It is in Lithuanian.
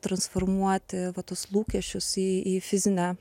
transformuoti va tuos lūkesčius į į fizinę